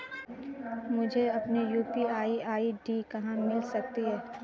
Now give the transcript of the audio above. मुझे अपनी UPI ID कहां मिल सकती है?